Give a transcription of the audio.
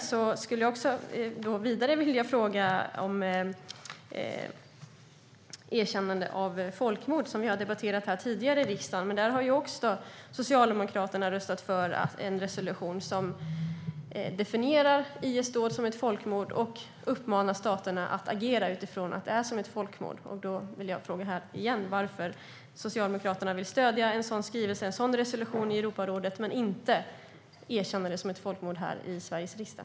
Jag skulle vidare vilja fråga om erkännande av folkmord, som vi har debatterat tidigare här i riksdagen. Socialdemokraterna har också röstat för en resolution som definierar IS-dåd som folkmord och uppmanar staterna att agera utifrån att det är som ett folkmord. Då vill jag fråga igen varför Socialdemokraterna vill stödja en sådan resolution i Europarådet men inte erkänna det som ett folkmord här i Sveriges riksdag.